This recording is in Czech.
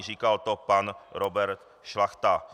Říkal to pan Robert Šlachta.